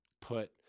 put –